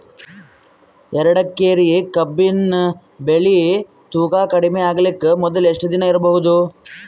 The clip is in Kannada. ಎರಡೇಕರಿ ಕಬ್ಬಿನ್ ಬೆಳಿ ತೂಕ ಕಡಿಮೆ ಆಗಲಿಕ ಮೊದಲು ಎಷ್ಟ ದಿನ ಇಡಬಹುದು?